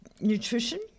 nutrition